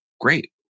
great